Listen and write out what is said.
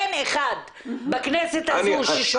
אין אחד בכנסת הזו ששומע את השטח כמוני.